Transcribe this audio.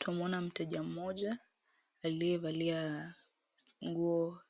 Twamuona mteja mmoja aliyevalia nguo